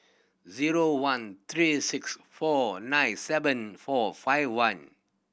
zero one three six four nine seven four five one